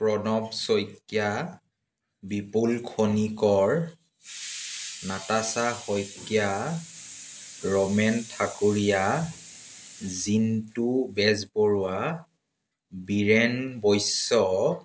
Pranab Saikia Bipul Khanikar Natasha Saikia Ramen Thakuria Jintu Bezbaruah Biren Baishya